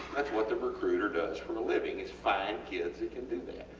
thats what the recruiter does for a living is find kids that can do that.